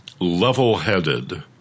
level-headed